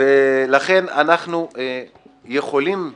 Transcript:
ולכן אנחנו יכולים לחוקק.